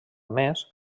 més